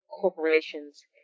corporations